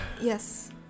Yes